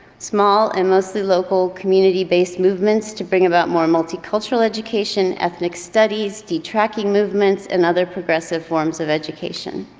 small and mostly local community based movements to bring about more multicultural education, ethnic studies, detracking movements and other progressive forms of education.